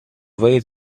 wait